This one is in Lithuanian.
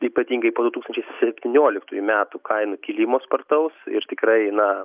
ypatingai po du tūkstančiai septynioliktųjų metų kainų kilimo spartaus ir tikrai na